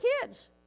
kids